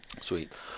sweet